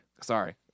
Sorry